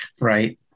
right